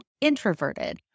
introverted